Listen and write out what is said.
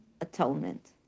atonement